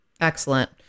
Excellent